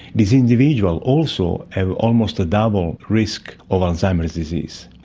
these individuals also have almost a double risk of alzheimer's disease,